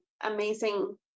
amazing